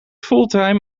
fulltime